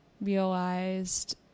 realized